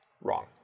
Wrong